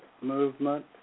movement